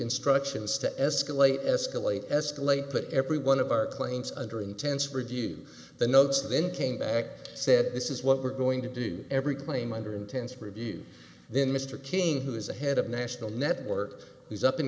instructions to escalate escalate escalate put every one of our claims under intense review the notes then came back said this is what we're going to do every claim under intense review then mr king who is a head of national network who's up in